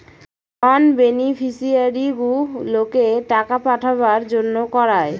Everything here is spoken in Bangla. নন বেনিফিশিয়ারিগুলোকে টাকা পাঠাবার জন্য করায়